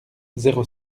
zéro